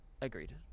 Agreed